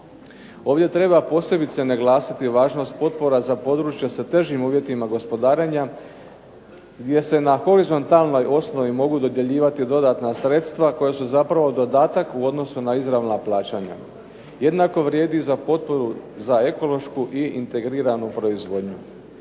Ovdje treba posebice naglasiti važnost potpora za područje sa težim uvjetima gospodarenja, gdje se na horizontalnoj osnovi mogu dodjeljivati dodatna sredstva koja su zapravo dodatak u odnosu na izravna plaćanja. Jednako vrijedi i za potporu za ekološku i integriranu proizvodnju.